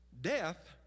death